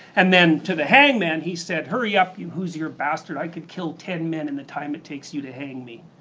and then to the hangman, he said hurry up, you hoosier bastard. i could kill ten men in the time it takes you to kill me.